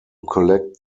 collect